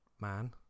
man